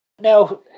Now